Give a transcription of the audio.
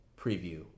preview